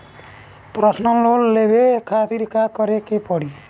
Personal loan लेवे खातिर का करे के पड़ी?